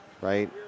Right